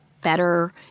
better